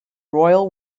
royal